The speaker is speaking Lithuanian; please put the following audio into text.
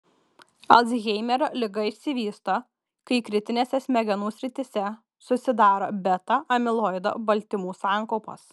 alzheimerio liga išsivysto kai kritinėse smegenų srityse susidaro beta amiloido baltymų sankaupos